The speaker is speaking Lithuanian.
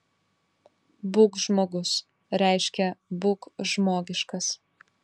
būk žmogus reiškia būk žmogiškas